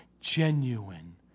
Genuine